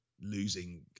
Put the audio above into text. losing